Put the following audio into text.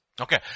Okay